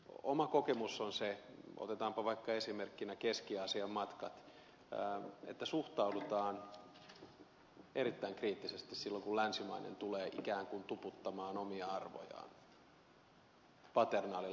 oma kokemukseni on se otetaanpa esimerkkinä vaikka keski aasian matkat että suhtaudutaan erittäin kriittisesti silloin kun länsimainen tulee ikään kuin tuputtamaan omia arvojaan paternaalilla tavalla